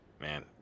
Man